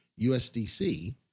USDC